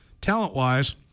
talent-wise